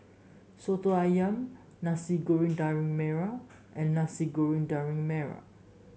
soto ayam Nasi Goreng Daging Merah and Nasi Goreng Daging Merah